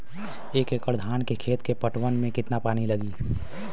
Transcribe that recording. एक एकड़ धान के खेत के पटवन मे कितना पानी लागि?